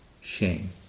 shame